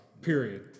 Period